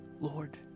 Lord